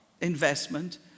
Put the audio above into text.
investment